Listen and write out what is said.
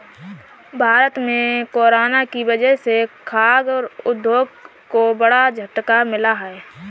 भारत में कोरोना की वजह से खाघ उद्योग को बड़ा झटका मिला है